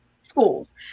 schools